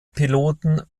piloten